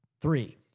Three